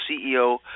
CEO